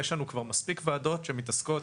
יש לנו כבר מספיק ועדות מתעסקות,